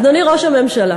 אדוני ראש הממשלה,